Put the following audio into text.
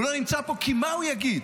הוא לא נמצא פה כי מה הוא יגיד?